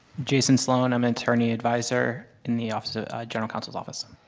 jason sloan. i'm an attorney-adviser in the office of general counsel's office.